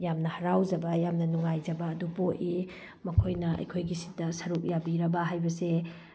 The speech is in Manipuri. ꯌꯥꯝꯅ ꯍꯔꯥꯎꯖꯕ ꯌꯥꯝꯅ ꯅꯨꯡꯉꯥꯏꯖꯕ ꯑꯗꯨ ꯄꯣꯛꯏ ꯃꯈꯣꯏꯅ ꯑꯩꯈꯣꯏꯒꯤ ꯁꯤꯗ ꯁꯔꯨꯛ ꯌꯥꯕꯤꯔꯕ ꯍꯥꯏꯕꯁꯦ